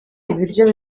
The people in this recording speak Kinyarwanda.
ibiryo